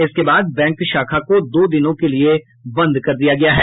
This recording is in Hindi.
इसके बाद बैंक शाखा को दो दिनों के लिये बंद कर दिया गया है